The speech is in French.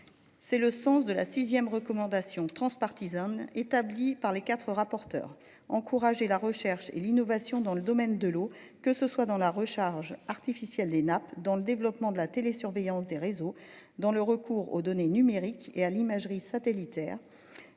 C'est le sens de la 6ème recommandations transpartisane établi par les 4 rapporteurs encourager la recherche et l'innovation dans le domaine de l'eau que ce soit dans la recharge artificielle des nappes dans le développement de la télé-, surveillance des réseaux dont le recours aux données numériques et à l'imagerie satellitaire